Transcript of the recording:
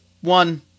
one